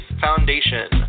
Foundation